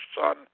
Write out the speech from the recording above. Son